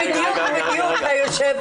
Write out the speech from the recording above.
בדיוק, בדיוק, בדיוק, היושב-ראש.